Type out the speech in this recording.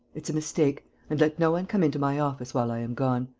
it's a mistake. and let no one come into my office while i am gone.